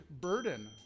burden